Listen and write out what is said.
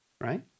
right